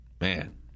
man